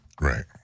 Right